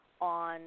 on